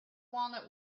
walnut